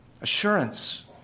Assurance